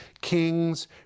kings